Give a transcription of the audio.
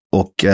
och